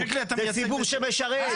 זה ציבור שמשרת,